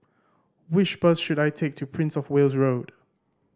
which bus should I take to Prince Of Wales Road